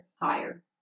Higher